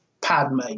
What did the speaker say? Padme